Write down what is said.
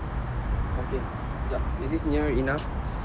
okay jap is this nearer enough